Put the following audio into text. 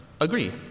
agree